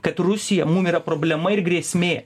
kad rusija mum yra problema ir grėsmė